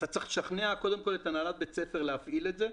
צריך לשכנע קודם כל את כל את הנהלת בית הספר להפעיל את זה.